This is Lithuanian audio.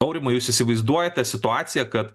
aurimai jūs įsivaizduojate situaciją kad